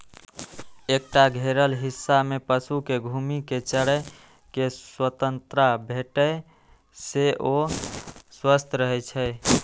एकटा घेरल हिस्सा मे पशु कें घूमि कें चरै के स्वतंत्रता भेटै से ओ स्वस्थ रहै छै